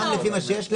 גם לפי מה שיש להם,